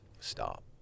Stop